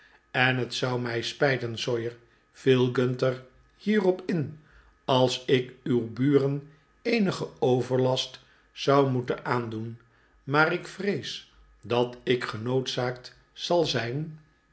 en het zou mij spijten sawyer viel gunter hierop in als ik uw buren eenigen overlast zou moeten aandoen maar ik vrees dat ik genoodzaakt zal zijn